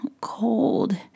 cold